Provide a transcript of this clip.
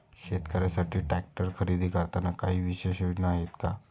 शेतकऱ्यांसाठी ट्रॅक्टर खरेदी करताना काही विशेष योजना आहेत का?